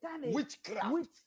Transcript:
witchcraft